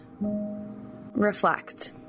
Reflect